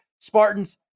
Spartans